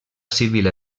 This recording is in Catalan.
civil